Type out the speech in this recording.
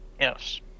Yes